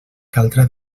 caldrà